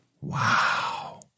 Wow